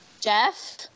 Jeff